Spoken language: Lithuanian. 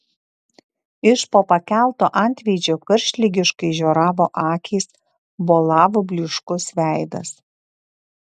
iš po pakelto antveidžio karštligiškai žioravo akys bolavo blyškus veidas